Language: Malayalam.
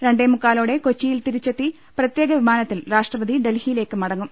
രണ്ടേമുക്കാലോടെ കൊച്ചിയിൽ തിരിച്ചെത്തി പ്രത്യേക വിമാ നത്തിൽ രാഷ്ട്രപതി ഡൽഹിയിലേക്ക് മടങ്ങും